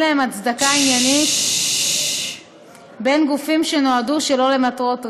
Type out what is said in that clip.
להם הצדקה עניינית בין גופים שנועדו שלא למטרות רווח.